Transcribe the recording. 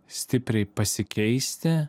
stipriai pasikeisti